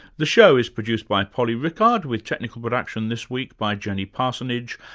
the show is produced by polly rickard with technical production this week by jenny parsonage,